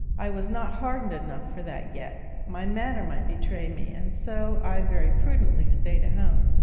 i was not hardened enough for that yet my manner might betray me, and so i very prudently stayed at home.